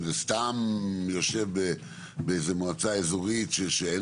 אם זה סתם יושב באיזה מועצה אזורית שאין